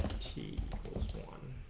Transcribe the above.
t one